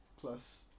plus